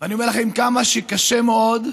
אני אומר לכם: כמה שקשה מאוד,